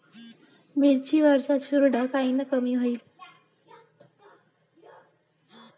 मिरची वरचा चुरडा कायनं कमी होईन?